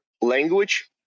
language